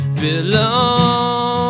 belong